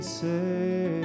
say